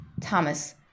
Thomas